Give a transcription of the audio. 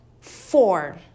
four